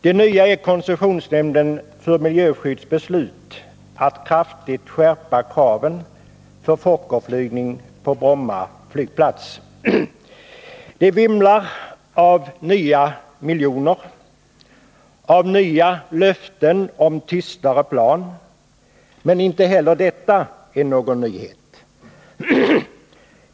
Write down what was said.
Det nya är beslutet av koncessionsnämnden för miljöskydd att kraftigt skärpa kraven för Fokkerflygning på Bromma flygplats. Det vimlar av nya miljoner och av nya löften om tystare plan, men inte heller detta är någon nyhet.